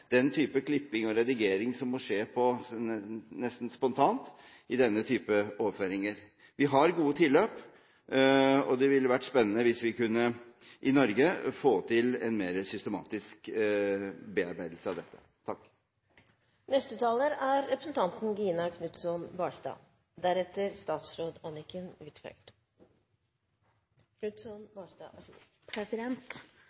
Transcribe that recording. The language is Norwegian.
den type klipping og redigering som må skje nesten spontant i denne typen overføringer. Vi har gode tilløp, og det ville vært spennende hvis vi i Norge kunne få til en mer systematisk bearbeidelse av dette.